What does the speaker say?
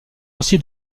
aussi